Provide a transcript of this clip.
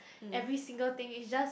every single thing it's just